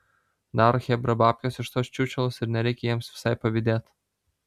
daro chebra babkes iš tos čiūčelos ir nereikia jiems visai pavydėt